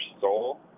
soul